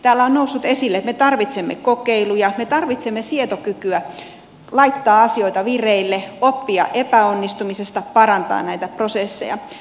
täällä on noussut esille että me tarvitsemme kokeiluja me tarvitsemme sietokykyä laittaa asioita vireille oppia epäonnistumisesta parantaa näitä prosesseja